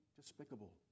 despicable